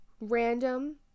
random